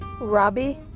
Robbie